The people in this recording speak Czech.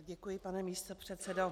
Děkuji, pane místopředsedo.